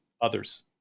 others